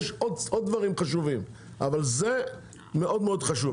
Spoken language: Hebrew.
יש עוד דברים חשובים, אבל זה מאוד מאוד חשוב.